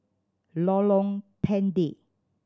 Lorong Pendek